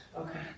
Okay